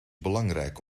belangrijk